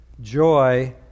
joy